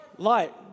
Light